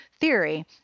theory